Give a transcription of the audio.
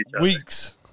weeks